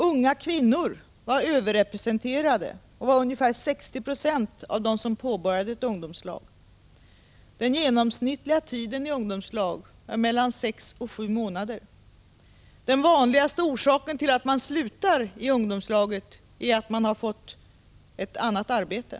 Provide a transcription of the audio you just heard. Unga kvinnor var överrepresenterade, ungefär 60 90 av dem som påbörjade ett ungdomslagsarbete. Den genomsnittliga tiden i ungdomslag var sex till sju månader. Den vanligaste orsaken till att man slutat är att man fått ett annat arbete.